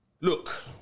Look